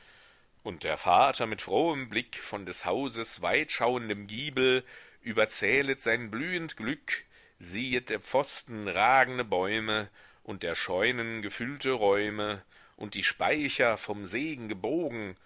und der vater mit frohem blick von des hauses weitschauendem giebel überzählet sein blühend glück siehet der pfosten ragende bäume und der scheunen gefüllte räume und die speicher vom segen gebogen